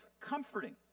comforting